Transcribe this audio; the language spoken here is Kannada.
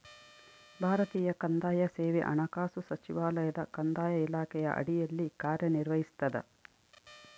ಭಾರತೀಯ ಕಂದಾಯ ಸೇವೆ ಹಣಕಾಸು ಸಚಿವಾಲಯದ ಕಂದಾಯ ಇಲಾಖೆಯ ಅಡಿಯಲ್ಲಿ ಕಾರ್ಯನಿರ್ವಹಿಸ್ತದ